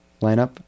lineup